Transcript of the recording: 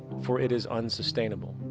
for it is unsustainable.